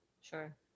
Sure